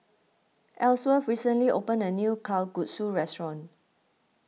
Elsworth recently opened a new Kalguksu restaurant